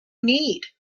need